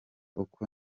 uko